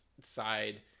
Side